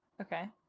Okay